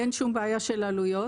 אין שום בעיה של עלויות,